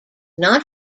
not